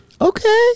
Okay